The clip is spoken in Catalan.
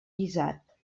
guisat